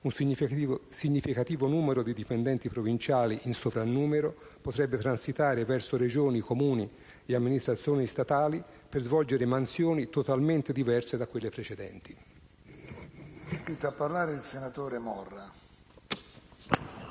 un significativo numero di dipendenti provinciali in sovrannumero potrebbe transitare verso Regioni, Comuni e amministrazioni statali per svolgere mansioni totalmente diverse da quelle precedenti.